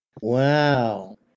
Wow